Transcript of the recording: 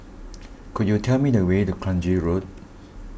could you tell me the way to Kranji Road